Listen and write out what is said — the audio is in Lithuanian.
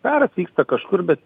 karas vyksta kažkur bet